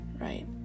right